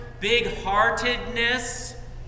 big-heartedness